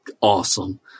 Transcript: awesome